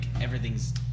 everything's